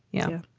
yeah.